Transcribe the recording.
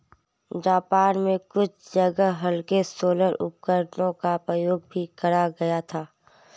Japan में कुछ जगह हल्के सोलर उपकरणों का प्रयोग भी करा गया था